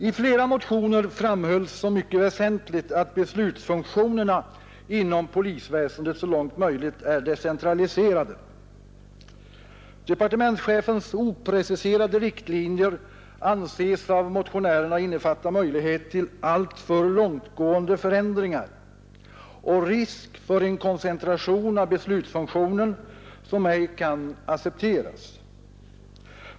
I flera motioner framhölls som mycket väsentligt att beslutsfunktionerna inom polisväsendet så långt möjligt är decentraliserade. Departementschefens opreciserade riktlinjer anses av motionärerna innefatta möjlighet till alltför långtgående förändringar och risk för en koncentration av beslutsfunktionen som ej kan accepteras.